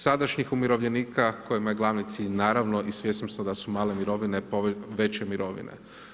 Sadašnjih umirovljenika kojima je glavni cilj naravno i svjesni smo da su male mirovine veće mirovine.